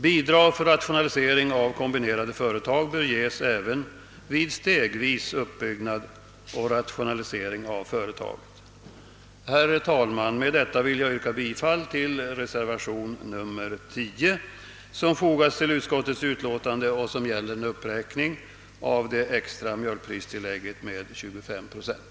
Bidrag för rationalisering av kombinerade företag bör ges även vid stegvis uppbyggnad och rationalisering av företaget. Herr talman! Med detta vill jag yrka bifall till reservationen 10 i jordbruksutskottets utlåtande nr 25, vilken gäller en uppräkning av det extra mjölkpristillägget med 25 procent.